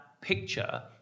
picture